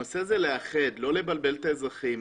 צריך לאחד, לא לבלבל את האזרחים.